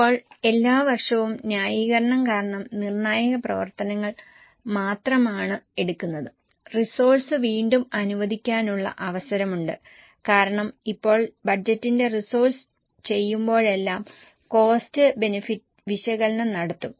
ഇപ്പോൾ എല്ലാ വർഷവും ന്യായീകരണം കാരണം നിർണ്ണായക പ്രവർത്തനങ്ങൾ മാത്രമാണ് എടുക്കുന്നത് റിസോഴ്സ് വീണ്ടും അനുവദിക്കാനുള്ള അവസരമുണ്ട് കാരണം ഇപ്പോൾ ബജറ്റിന്റെ റിസോഴ്സ് ചെയ്യുമ്പോഴെല്ലാം കോസ്റ്റ് ബെനിഫിറ്റ് വിശകലനം നടത്തും